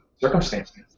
circumstances